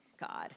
God